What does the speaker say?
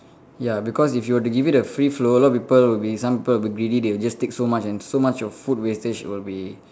ya because if you were to give it a free flow a lot of people will be some people will be greedy they will just take so much and so much of food wastage will be